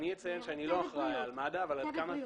אציין שאני לא אחראי על מד"א --- צוות בריאות,